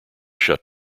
shut